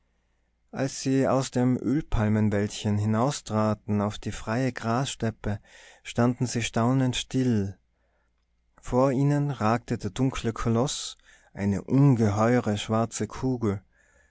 als sie aus dem ölpalmenwäldchen hinaustraten auf die freie grassteppe standen sie staunend still vor ihnen ragte der dunkle koloß eine ungeheure schwarze kugel